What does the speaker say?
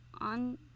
on